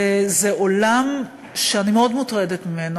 זה עולם ש, אני מאוד מוטרדת ממנו.